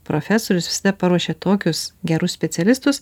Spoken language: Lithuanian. profesorius visada paruošia tokius gerus specialistus